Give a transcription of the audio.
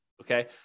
okay